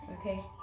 Okay